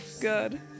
Good